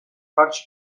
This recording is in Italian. farci